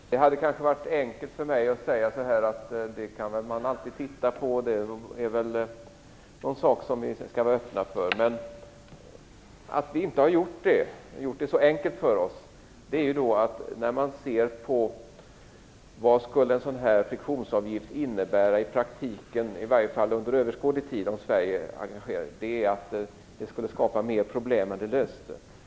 Herr talman! Det hade kanske varit enkelt för mig att säga: Det kan man alltid titta på, och det är en sak som vi skall vara öppna för. Att vi inte har gjort det så enkelt för oss beror på vad en sådan "friktionsavgift" skulle innebära i praktiken, i varje fall under överskådlig tid, om Sverige engagerade sig. Det skulle skapa mer problem än det löste.